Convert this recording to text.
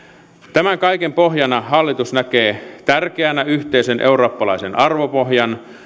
tämän kaiken pohjana hallitus näkee tärkeänä yhteisen eurooppalaisen arvopohjan